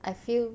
I feel